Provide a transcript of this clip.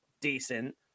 decent